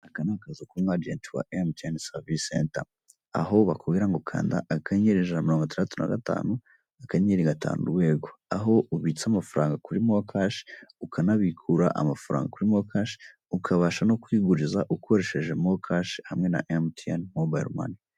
Aka ni akazu k'umuajenti wa emutiyeni savisi senta aho bakubwira ngo kanda akanyenyeri ijana na mirongo itaratu na gatanu, akanyenyeri gatanu urwego aho ubitsa amafaranga kuri mo kashi, ukanabikura amafaranga kuri mo kashi, ukabasha no kwiguriza ukoresheje mo kashi hamwe na emutiyeni mobayilo mane.